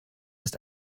ist